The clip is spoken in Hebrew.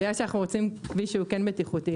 בגלל שאנחנו רוצים כביש שהוא כן בטיחותי,